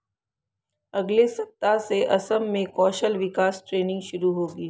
अगले सप्ताह से असम में कौशल विकास ट्रेनिंग शुरू होगी